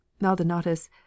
Maldonatus